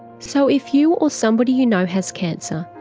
so if you or somebody you know has cancer,